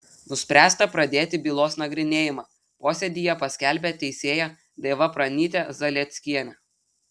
nuspręsta pradėti bylos nagrinėjimą posėdyje paskelbė teisėja daiva pranytė zalieckienė